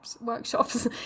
workshops